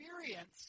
experience